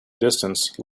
distance